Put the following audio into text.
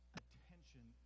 attention